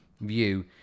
view